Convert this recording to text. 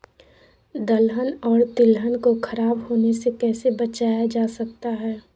दलहन और तिलहन को खराब होने से कैसे बचाया जा सकता है?